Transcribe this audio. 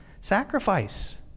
sacrifice